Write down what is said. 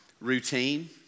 routine